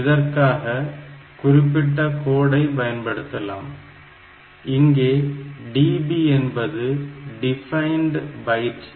இதற்காக குறிப்பிட்ட கோடை பயன்படுத்தலாம் இங்கே DB என்பது டிபைன்டு பைட்